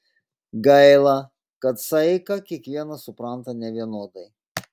gaila kad saiką kiekvienas supranta nevienodai